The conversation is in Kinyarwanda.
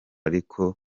ariko